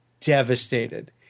devastated